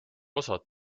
osad